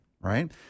Right